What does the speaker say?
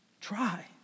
Try